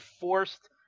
forced